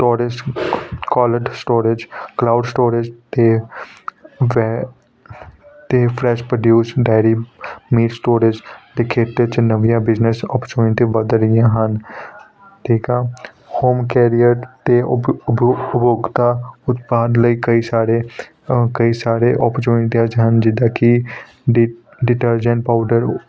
storage ਕਾਲੰਟ storage cloud storage ਅਤੇ ਵੈ ਅਤੇ ਫਰੈਸ਼ ਪ੍ਰੋਡਿਊਸ ਬੈਰਿਮ ਮੀਟ ਸਟੋਰੇਜ ਦੇ ਖੇਤਰ 'ਚ ਨਵੀਆਂ ਬਿਜ਼ਨਸ ਓਪਰਚਿਊਨਟੀਆਂ ਵੱਧ ਰਹੀਆਂ ਹਨ ਠੀਕ ਆ ਹੋਮ ਕੈਰੀਅਰ ਅਤੇ ਉਪਯੋਗਤਾ ਉਤਪਾਦ ਲਈ ਕਈ ਸਾਰੇ ਕਈ ਸਾਰੇ ਓਪਰਚਿਊਨਟੀਆਂ 'ਚ ਹਨ ਜਿੱਦਾਂ ਕੀ ਡੀਟਰਜੈਂਟ ਪਾਊਡਰ